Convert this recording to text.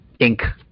Inc